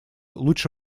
лучше